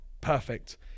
Perfect